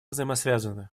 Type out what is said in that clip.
взаимосвязаны